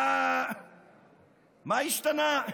מה השתנה?